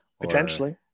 Potentially